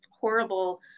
horrible